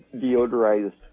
deodorized